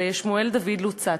של שמואל דוד לוצאטו,